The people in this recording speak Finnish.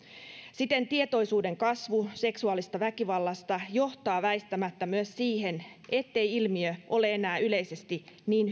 siten tietoisuuden kasvu seksuaalisesta väkivallasta johtaa väistämättä myös siihen ettei ilmiö ole enää yleisesti niin